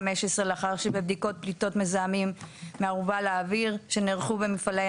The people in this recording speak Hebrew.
לאחר שבבדיקות פליטות מזהמים מארובה לאוויר שנערכו במפעלי